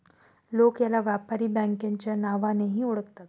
लोक याला व्यापारी बँकेच्या नावानेही ओळखतात